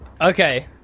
Okay